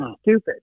Stupid